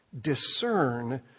discern